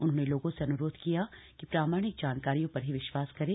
उन्होंने लोगों से अन्रोध किया कि प्रामाणिक जानकारियों पर ही विश्वास करें